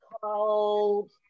called